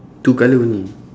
two colour only